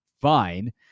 fine